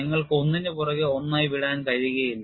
നിങ്ങൾക്ക് ഒന്നിനുപുറകെ ഒന്നായി വിടാൻ കഴിയില്ല